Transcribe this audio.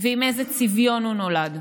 ועם איזה צביון הוא נולד,